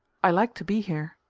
i like to be here,